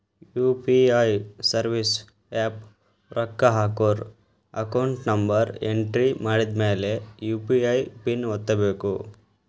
UPI service app ರೊಕ್ಕ ಹಾಕೋರ್ account number entry ಮಾಡಿದ್ಮ್ಯಾಲೆ ಯು.ಪಿ.ಐ ಪಿನ್ ಒತ್ತಬೇಕು